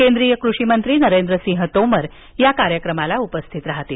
केंद्रीय कृषी मंत्री नरेंद्र सिंह तोमर या कार्यक्रमाला उपस्थित राहणार आहेत